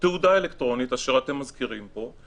יש "תעודה אלקטרונית" אשר אתם מזכירים פה,